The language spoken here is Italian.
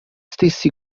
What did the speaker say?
stessi